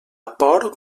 por